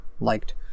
liked